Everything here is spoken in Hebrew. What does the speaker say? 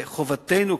וחובתנו,